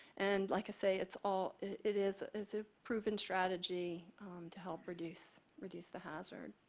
and like i say, it's all it is is a proven strategy to help reduce reduce the hazard.